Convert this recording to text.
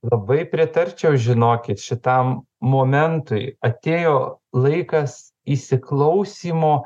labai pritarčiau žinokit šitam momentui atėjo laikas įsiklausymo